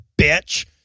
bitch